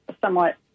somewhat